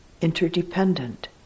interdependent